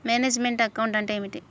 Manage meant account అంటే ఏమిటి?